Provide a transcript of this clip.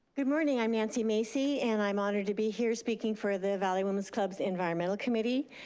good morning, i'm nancy macy and i'm honored to be here speaking for the valley women's club's environmental committee.